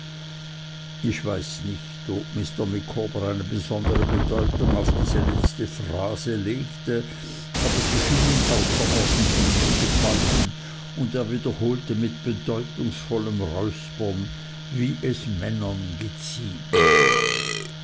ich weiß nicht ob mr micawber eine besondere bedeutung auf diese letzte phrase legte aber sie schien ihm außerordentlich zu gefallen und er wiederholte mit bedeutungsvollem räuspern wie es männern geziemt